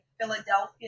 Philadelphia